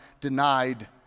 denied